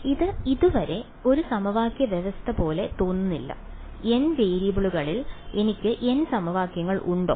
ഇത് ഇതുവരെ ഒരു സമവാക്യ വ്യവസ്ഥ പോലെ തോന്നുന്നില്ല n വേരിയബിളുകളിൽ എനിക്ക് n സമവാക്യങ്ങൾ ഉണ്ടോ